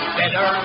better